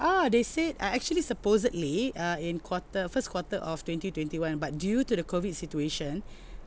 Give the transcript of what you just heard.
ah they said I actually supposedly uh in quarter first quarter of twenty twenty one but due to the COVID situation